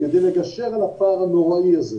כדי לגשר על הפער הנוראי הזה,